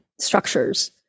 structures